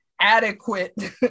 adequate